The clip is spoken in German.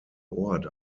ort